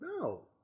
no